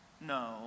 No